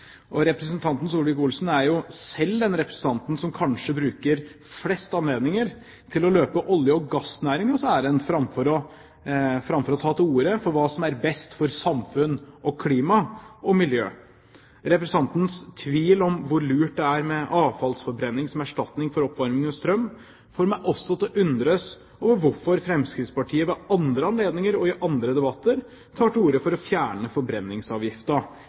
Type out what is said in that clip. noe. Representanten Solvik-Olsen er jo selv den representanten som kanskje bruker flest anledninger til å løpe olje- og gassnæringens ærend, framfor å ta til orde for hva som er best for samfunn, klima og miljø. Representantens tvil om hvor lurt det er med avfallsforbrenning som erstatning for oppvarming med strøm, får meg til å undres over hvorfor Fremskrittspartiet ved andre anledninger og i andre debatter tar til orde for å fjerne